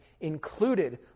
included